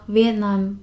Vietnam